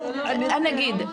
לא, זה לא עונש.